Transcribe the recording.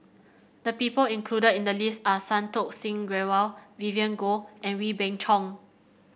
the people included in the list are Santokh Singh Grewal Vivien Goh and Wee Beng Chong